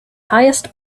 highest